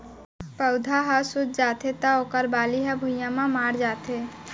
पउधा ह सूत जाथे त ओखर बाली ह भुइंया म माढ़ जाथे